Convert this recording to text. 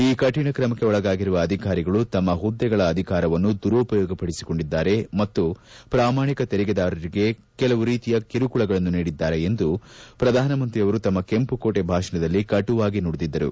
ಈ ಕಠಿಣ ಕ್ರಮಕ್ಕೆ ಒಳಗಾಗಿರುವ ಅಧಿಕಾರಿಗಳು ತಮ್ಮ ಹುದ್ದೆಗಳ ಅಧಿಕಾರವನ್ನು ದುರುಪಯೋಗ ಪಡಿಸಿಕೊಂಡಿದ್ದಾರೆ ಮತ್ತು ಪ್ರಾಮಾಣಿಕ ತೆರಿಗೆದಾರರಿಗೆ ಹಲವು ರೀತಿಯ ಕಿರುಕುಳಗಳನ್ನು ನೀಡಿದ್ದಾರೆ ಎಂದು ಪ್ರಧಾನಮಂತ್ರಿಯವರು ತಮ್ಮ ಕೆಂಪುಕೋಟೆ ಭಾಷಣದಲ್ಲಿ ಕಟುವಾಗಿ ನುಡಿದಿದ್ದರು